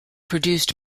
produced